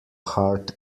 heart